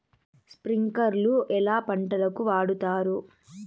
స్ప్రింక్లర్లు ఎట్లా పంటలకు వాడుతారు?